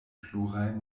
pluraj